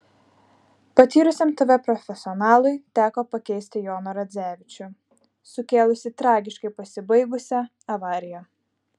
patyrusiam tv profesionalui teko pakeisti joną radzevičių sukėlusį tragiškai pasibaigusią avariją